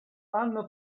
hanno